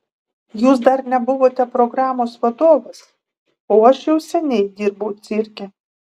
jūs dar nebuvote programos vadovas o aš jau seniai dirbau cirke